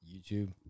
YouTube